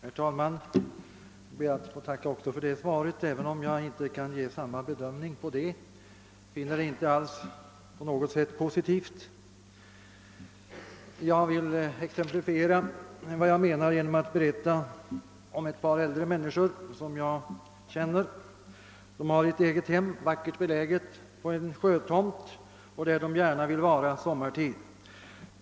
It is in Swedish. Herr talman! Jag ber att få tacka också för detta svar, även om jag inte kan ge det samma betyg, eftersom det inte på något sätt är positivt. Jag vill exemplifiera vad jag menar genom att berätta om ett par äldre människor som jag känner. De har ett eget hem, vackert beläget på en sjötomt, där de gärna vill vara sommartid.